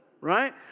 Right